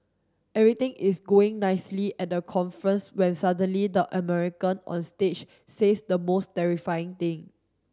everything is going nicely at the conference when suddenly the American on stage says the most terrifying thing